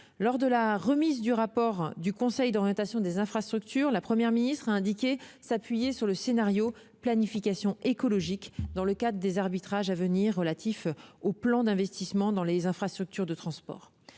Lors de la remise du rapport du Conseil d'orientation des infrastructures, la Première ministre a indiqué s'appuyer sur le scénario « planification écologique », dans le cadre des arbitrages à venir relatifs au plan d'investissement dans les infrastructures de transports.